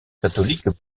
catholique